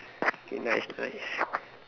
okay nice nice